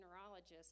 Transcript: neurologist